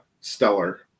stellar